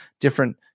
different